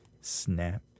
Snap